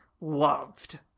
loved